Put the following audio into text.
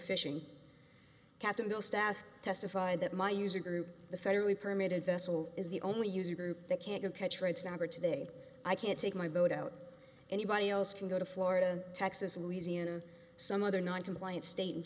fishing captain bill staff testified that my user group the federally permitted vessel is the only user group that can catch red snapper today i can take my boat out anybody else can go to florida texas louisiana some other non compliant state and